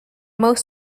most